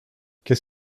qu’est